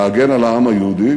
להגן על העם היהודי,